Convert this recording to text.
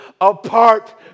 apart